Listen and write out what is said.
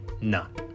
none